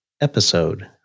episode